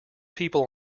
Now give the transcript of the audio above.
people